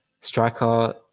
striker